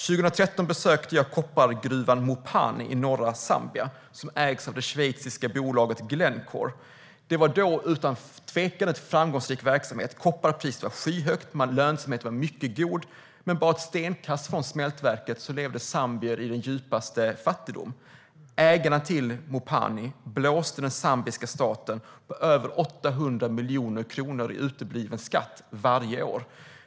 År 2013 besökte jag koppargruvan Mopani i norra Zambia, som ägs av det schweiziska bolaget Glencore. Det var då en utan tvekan framgångsrik verksamhet. Kopparpriset var skyhögt och lönsamheten mycket god. Men bara ett stenkast från smältverken levde zambier i den djupaste fattigdom. Ägarna till Mopani blåste den zambiska staten på över 800 miljoner kronor i skatt varje år.